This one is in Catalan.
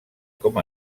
com